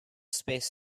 space